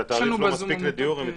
שהתעריף לא מספיק לדיור הן מציפות,